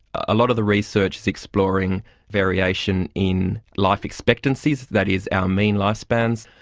a lot of the research is exploring variation in life expectancies, that is our mean life spans,